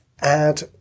add